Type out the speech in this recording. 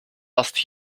last